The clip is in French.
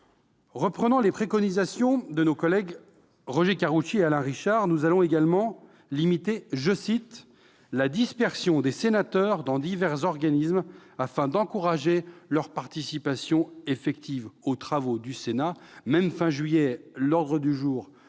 Reprenant les préconisations de nos collègues Roger Karoutchi et Alain Richard, nous allons également limiter la « dispersion des sénateurs dans divers organismes afin d'encourager leur participation effective aux travaux du Sénat ».